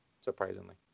surprisingly